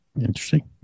Interesting